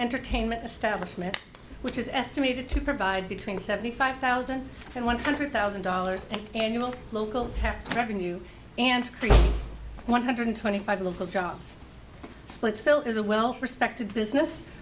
entertainment establishment which is estimated to provide between seventy five thousand and one hundred thousand dollars in annual local tax revenue and one hundred twenty five local jobs splitsville is a well respected business